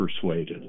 persuaded